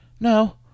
No